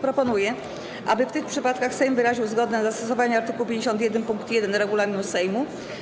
Proponuję, aby w tych przypadkach Sejm wyraził zgodę na zastosowanie art. 51 pkt 1 regulaminu Sejmu.